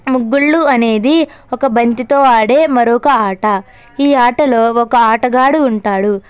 ముగ్గుళ్లు అనేది ఒక బంతితో ఆడే మరోక ఆట ఈ ఆటలో ఒక ఆటగాడు ఉంటాడు